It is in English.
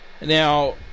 now